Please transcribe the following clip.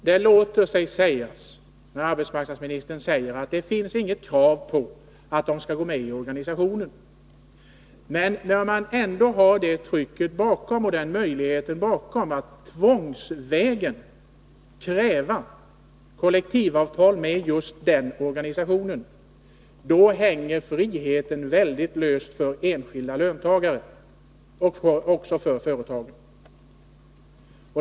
Herr talman! Det låter sig sägas av arbetsmarknadsministern att det inte finns något krav på att de anställda skall gå med i organisationen. Men från fackligt håll har man ändå möjligheten att genom påtryckning tvångsvägen kräva kollektivavtal med just denna organisation, och då hänger friheten mycket löst för enskilda löntagare och för företag.